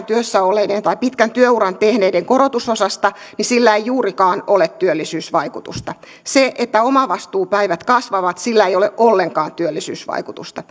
työssä olleiden tai pitkän työuran tehneiden korotusosasta ei juurikaan ole työllisyysvaikutusta sillä että omavastuupäivät kasvavat ei ole ollenkaan työllisyysvaikutusta